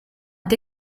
est